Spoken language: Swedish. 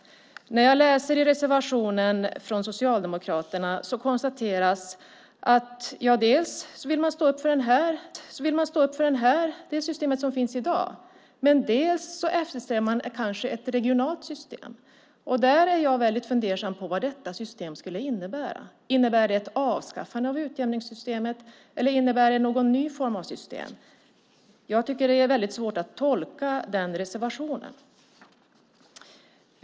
Jag konstaterar att Socialdemokraterna enligt reservationen dels vill stå upp för det system som finns i dag, dels eftersträvar ett regionalt system. Vad skulle detta system innebära? Innebär det ett avskaffande av utjämningssystemet eller någon ny form av system? Jag tycker att det är väldigt svårt att tolka den reservationen.